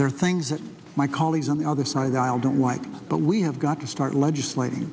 there are things that my colleagues on the other side of the aisle don't like but we have got to start legislating